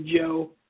Joe